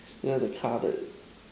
yeah the car that